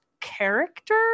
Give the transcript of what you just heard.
character